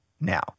Now